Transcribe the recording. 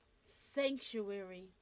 sanctuary